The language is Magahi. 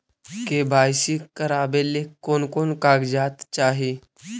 के.वाई.सी करावे ले कोन कोन कागजात चाही?